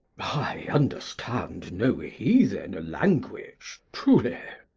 i understand no heathen language, truly.